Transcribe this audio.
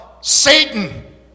Satan